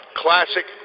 classic